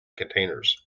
containers